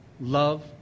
Love